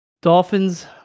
Dolphins